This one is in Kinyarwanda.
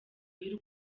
y’u